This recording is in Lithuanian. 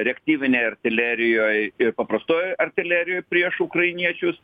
reaktyvinėj artilerijoj ir paprastojoj artilerijoj prieš ukrainiečius